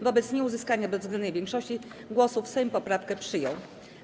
Wobec nieuzyskania bezwzględnej większości głosów Sejm poprawki przyjął.